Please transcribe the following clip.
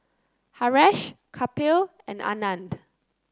Haresh Kapil and Anand